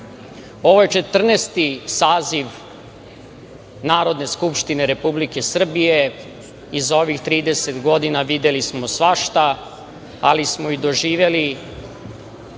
Četrnaesti saziv Narodne skupštine Republike Srbije i za ovih 30 godina videli smo svašta, ali smo i doživeli